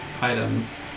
items